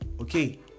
Okay